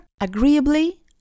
agreeably